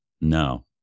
no